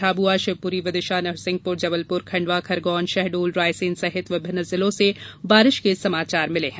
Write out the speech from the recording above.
झाबुआ शिवप्री विदिशा नरसिंहपुर जबलपुर खंडवा खरगोन शहडोल रायसेन सहित विभिन्न जिलों से बारिश के समाचार मिले हैं